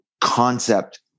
concept